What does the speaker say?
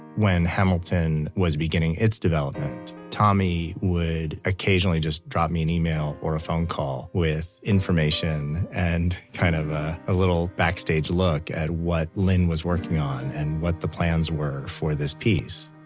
when hamilton was beginning its development, tommy would occasionally just drop me an email or a phone call with information and kind of a little backstage look at what lin was working on and what the plans were for this piece.